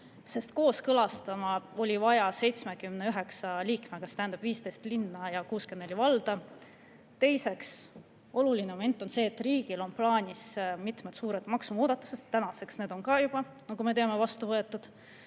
sest kooskõlastada oli vaja 79 liikmega, see tähendab 15 linna ja 64 valda? Teiseks on oluline moment see, et riigil on plaanis mitu suurt maksumuudatust. Tänaseks on need juba, nagu me teame, vastu võetud